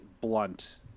blunt